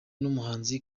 n’umuhanzi